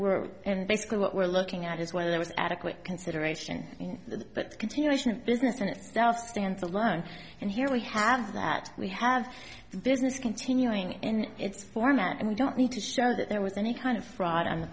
were and basically what we're looking at is whether there was adequate consideration but continuation of business in itself stands to learn and here we have that we have the business continuing in its format and we don't need to share that there was any kind of fraud on the